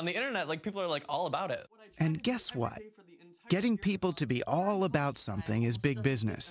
on the internet like people are like all about it and guess what getting people to be all about something is big business